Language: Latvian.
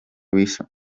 visu